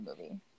movie